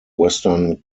western